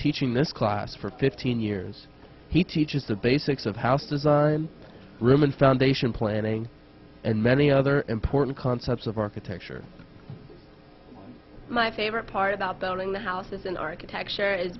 teaching this class for fifteen years he teaches the basics of house design room and foundation planning and many other important concepts of architecture my favorite part about building houses in architecture